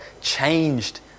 changed